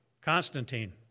Constantine